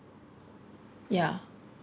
ya